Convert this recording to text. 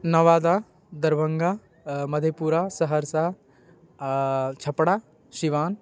नवादा दरभङ्गा आओर मधेपुरा सहरसा आओर छपरा सिवान